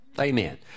Amen